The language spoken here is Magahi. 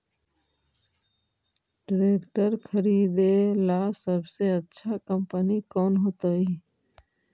ट्रैक्टर खरीदेला सबसे अच्छा कंपनी कौन होतई?